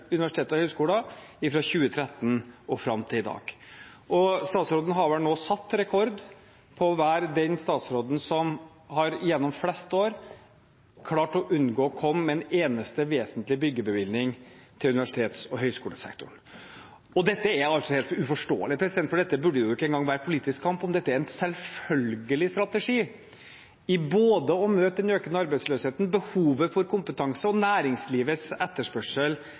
universiteter og høyskoler, fra 2013 og fram til i dag. Statsråden har vel nå satt rekord i å være den statsråden som gjennom flest år har klart å unngå å komme med en eneste vesentlig byggebevilgning til universitets- og høyskolesektoren. Det er helt uforståelig, for dette burde det ikke engang være politisk kamp om. Dette er en selvfølgelig strategi for å møte både den økende arbeidsløsheten, behovet for kompetanse og næringslivets etterspørsel